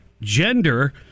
gender